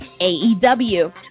AEW